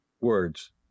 words